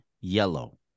yellow